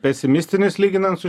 pesimistinis lyginant su